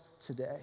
today